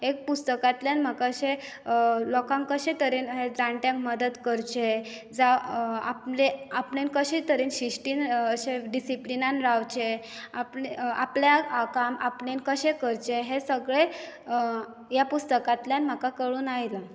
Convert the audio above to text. पुस्तकांतल्यान म्हाका अशें लोकांक कशें तरेन लोकांक जाण्ट्यांक मदत करचें जावं आपले आपलें कशे तरेन शिश्तीन अशें डिसिप्लिनान रावचें आपलें काम आपणें कशें करपाचें हें सगळें ह्या पुस्तकांतल्यान म्हाका कळूनआयलें